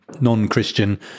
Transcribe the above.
non-christian